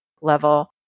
level